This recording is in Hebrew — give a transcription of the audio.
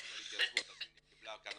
שדיברנו על התייצבות אז היא קיבלה אבטלה